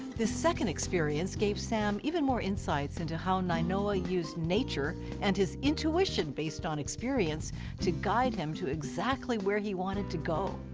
this second experience gave sam even more insights into how nainoa used nature and his intuition based on experience to guide him to exactly where he wanted to go.